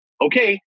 Okay